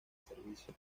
servicio